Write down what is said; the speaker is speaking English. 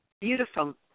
beautiful